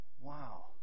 Wow